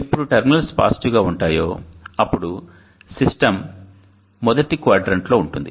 ఎప్పుడు టెర్మినల్స్ పాజిటివ్గా ఉంటాయో అప్పుడు సిస్టమ్ మొదటి క్వాడ్రంట్లో ఉంటుంది